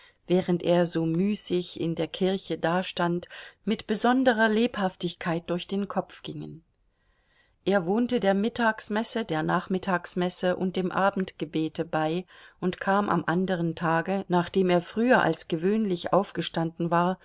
während er so müßig in der kirche dastand mit besonderer lebhaftigkeit durch den kopf gingen er wohnte der mittagsmesse der nachmittagsmesse und dem abendgebete bei und kam am anderen tage nachdem er früher als gewöhnlich aufgestanden war